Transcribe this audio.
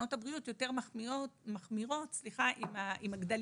תקנות הבריאות יותר מחמירות עם הגדלים,